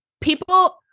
People